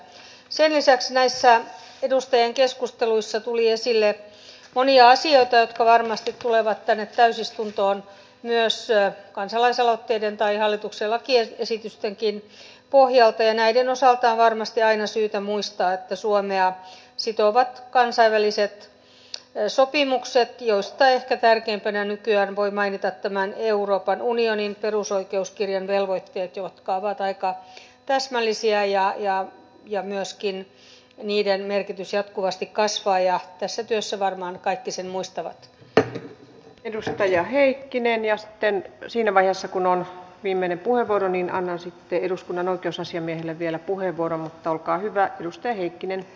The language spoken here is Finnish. sen lisäksi näissä edustajien keskusteluissa tuli esille monia asioita jotka varmasti tulevat tänne täysistuntoon myös kansalaisaloitteiden tai hallituksen lakiesitystenkin pohjalta ja näiden osalta on varmasti aina syytä muistaa että suomea sitovat kansainväliset sopimukset joista ehkä tärkeimpänä nykyään voi mainita tämän euroopan unionin perusoikeuskirjan velvoitteet jotka ovat aika täsmällisiä ja joiden merkitys myöskin jatkuvasti kasvaa ja tässä työssä varmaan kaikki sen muistavat pr edustaja heikkinen ja sitten siinä vaiheessa kun on viimeinen puhe voronina myös eduskunnan oikeusasiamiehelle vielä puheenvuoron mutta olkaa hyvä peruste heikkinen